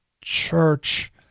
church